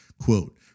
quote